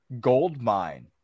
goldmine